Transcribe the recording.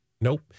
nope